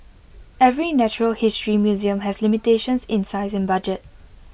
every natural history museum has limitations in size and budget